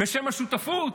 בשם השותפות?